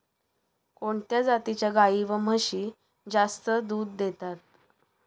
कोणत्या जातीच्या गाई व म्हशी जास्त दूध देतात?